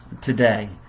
today